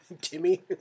Timmy